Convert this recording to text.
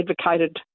advocated